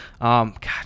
God